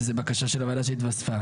זה בקשה של הוועדה שהתווספה.